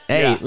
Hey